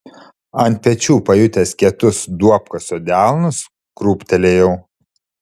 ant pečių pajutęs kietus duobkasio delnus krūptelėjau